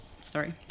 sorry